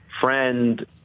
friend